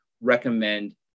recommend